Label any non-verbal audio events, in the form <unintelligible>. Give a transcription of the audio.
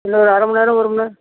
இன்னும் ஒரு அரை மணிநேரம் <unintelligible>